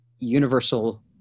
universal